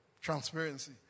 transparency